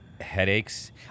headaches